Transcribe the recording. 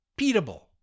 repeatable